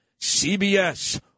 CBS